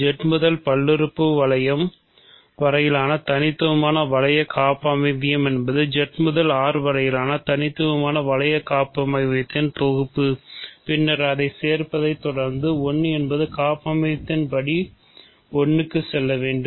Z முதல் பல்லுறுப்பு வளையம் வரையிலான தனித்துவமான வளைய காப்பமைவியம் என்பது Z முதல் R வரையிலான தனித்துவமான வளைய காப்பமைவியத்தின் தொகுப்பு பின்னர் அதைச் சேர்ப்பதைத் தொடர்ந்து 1 என்பது காப்பாமைவியத்தின்படி 1 க்கு செல்ல வேண்டும்